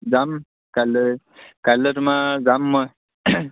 যাম কাইলৈ কাইলৈ তোমাৰ যাম মই